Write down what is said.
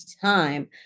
time